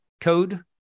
code